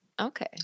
okay